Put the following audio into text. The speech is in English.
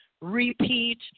repeat